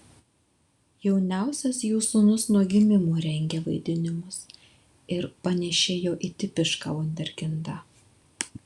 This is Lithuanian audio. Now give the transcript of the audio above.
jauniausias jų sūnus nuo gimimo rengė vaidinimus ir panėšėjo į tipišką vunderkindą